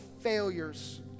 failures